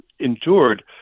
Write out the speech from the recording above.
endured